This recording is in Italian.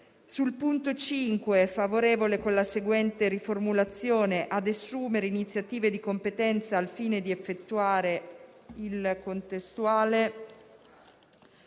sul punto 5 con la seguente riformulazione: «ad assumere iniziative di competenza al fine di effettuare il contestuale